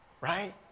right